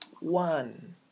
One